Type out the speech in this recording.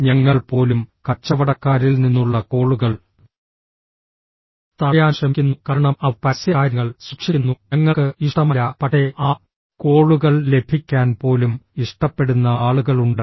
ഞങ്ങൾ പോലും കച്ചവടക്കാരിൽ നിന്നുള്ള കോളുകൾ തടയാൻ ശ്രമിക്കുന്നു കാരണം അവർ പരസ്യ കാര്യങ്ങൾ സൂക്ഷിക്കുന്നു ഞങ്ങൾക്ക് ഇഷ്ടമല്ല പക്ഷേ ആ കോളുകൾ ലഭിക്കാൻ പോലും ഇഷ്ടപ്പെടുന്ന ആളുകളുണ്ട്